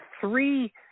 three